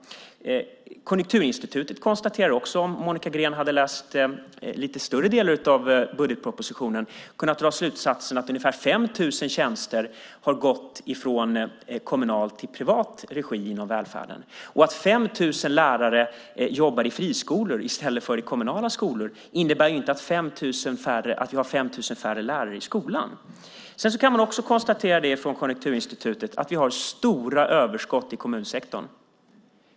Konjunkturinstitutet har också, som Monica Green kunnat se om hon läst lite större delar av budgetpropositionen, kunnat dra slutsatsen att ungefär 5 000 tjänster har gått från kommunal till privat regi inom välfärden. Att 5 000 lärare jobbar i friskolor i stället för i kommunala skolor innebär inte att vi har 5 000 färre lärare i skolan. Konjunkturinstitutet konstaterar också att vi har stora överskott i kommunsektorn.